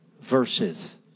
verses